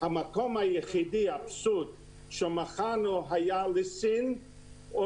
אבל האבסורד הוא שאנחנו מכרנו לסין או